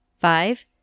Five